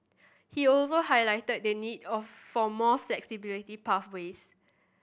he also highlighted the need of for more flexibility pathways